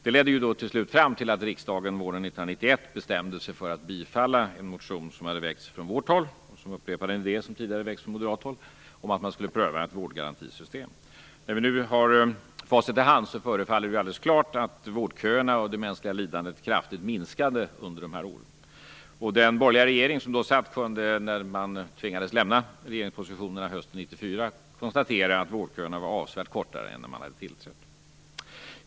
Det ledde till slut fram till att riksdagen våren 1991 bestämde sig för att bifalla en motion som hade väckts från vårt håll, och som upprepade en idé som tidigare hade väckts från moderat håll, om att man skulle pröva ett vårdgarantisystem. När vi nu har facit i hand förefaller det alldeles klart att vårdköerna och det mänskliga lidandet kraftigt minskade under dessa år. Den borgerliga regering som då satt kunde, när man tvingades lämna regeringspositionen hösten 1994, konstatera att vårdköerna var avsevärt kortare än när man hade tillträtt.